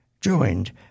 joined